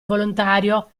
volontario